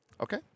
Okay